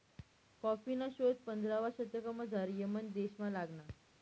कॉफीना शोध पंधरावा शतकमझाऱ यमन देशमा लागना